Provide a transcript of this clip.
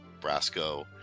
Brasco